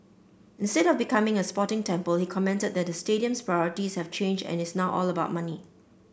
instead of becoming a sporting temple he commented that the stadium's priorities have changed and it's now all about money